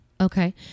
Okay